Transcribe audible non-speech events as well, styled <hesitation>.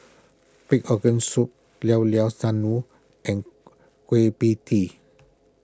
Pig Organ Soup Llao Llao <unintelligible> and <hesitation> Kueh Pie Tee